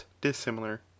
dissimilar